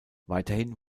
weiterhin